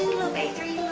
baby three,